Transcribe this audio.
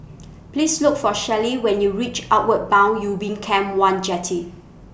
Please Look For Shelly when YOU REACH Outward Bound Ubin Camp one Jetty